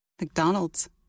McDonald's